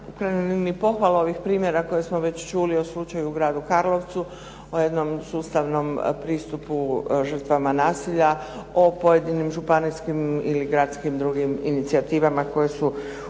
razumije./… pohvalu ovih primjera koje smo već čuli o slučaju … /Govornik se ne razumije./… u Karlovcu, o jednom sustavnom pristupu žrtvama nasilja, o pojedinim županijskim ili gradskim drugim inicijativama koje su uspješne.